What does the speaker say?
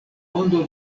ondo